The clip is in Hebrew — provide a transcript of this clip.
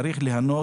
לארץ, צריך ליהנות